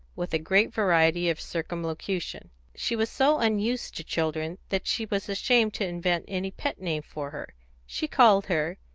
with a great variety of circumlocution she was so unused to children that she was ashamed to invent any pet name for her she called her,